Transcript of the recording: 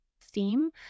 theme